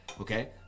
okay